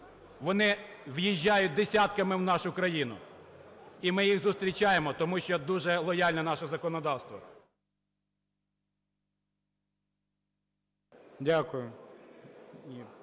Вони в'їжджають десятками в нашу країну і ми їх зустрічаємо, тому що дуже лояльне наше законодавство.